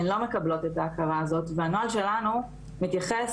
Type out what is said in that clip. הן לא מקבלות את ההכרה הזאת והנוהל שלנו מתייחס